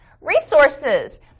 Resources